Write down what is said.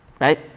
Right